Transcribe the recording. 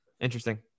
interesting